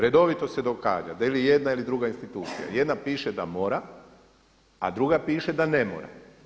Redovito se događa da ili jedna ili druga institucija jedna piše da mora, a druga piše da ne mora.